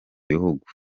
bihugu